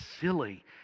silly